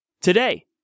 Today